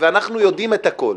ואנחנו יודעים את הכול.